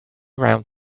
round